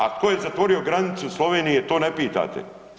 A tko je zatvorio granicu Slovenije to ne pitate.